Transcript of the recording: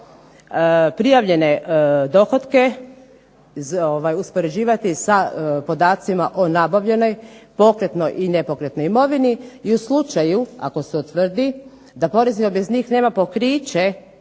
prijavljene dohotke uspoređivati sa podacima o nabavljenoj pokretnoj i nepokretnoj imovini i u slučaju ako se utvrdi da porezni obveznik nema pokriće